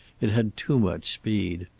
it had too much speed.